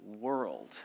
world